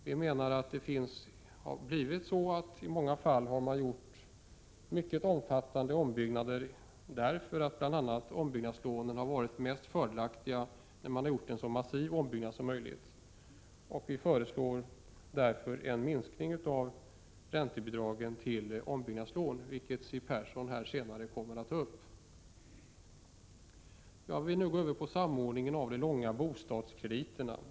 Vi menar att det ibland har gjorts mycket omfattande ombyggnader bl.a. därför att ombyggnadslånen har varit mest fördelaktiga vid en så massiv ombyggnad som möjligt. Av det skälet föreslår vi en minskning av räntebidragen till ombyggnadslån, vilket Siw Persson senare kommer att tala om. Jag vill gå över till samordningen av de långa bostadskrediterna.